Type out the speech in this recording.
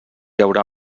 haurà